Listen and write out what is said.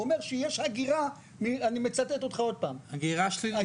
הוא אומר אני מצטט אותך עוד פעם שיש הגירה שלילית.